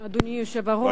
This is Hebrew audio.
אדוני היושב-ראש,